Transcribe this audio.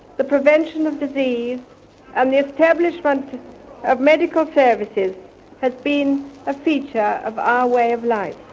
the prevention of disease and the establishment of medical services has been a feature of our way of life.